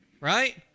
right